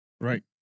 Right